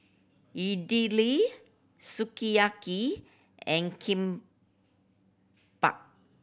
Idili Sukiyaki and Kimbap